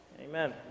Amen